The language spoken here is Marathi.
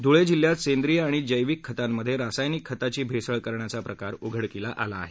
धूळे जिल्ह्यात सेंद्रीय आणि जैविक खतांमध्ये रासायनिक खताची भेसळ करण्याचा प्रकार उघडकीला आला आहे